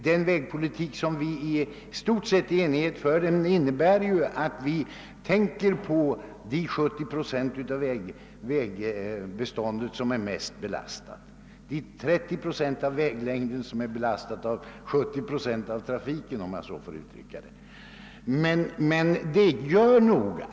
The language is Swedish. Den vägpolitik som vi i stort sett i enighet för innebär ju att vi främst tänker på den del av vägbeståndet som har den största belastningen — de 30 procent av väglängden som har 70 procent av trafiken, om jag så får uttrycka mig.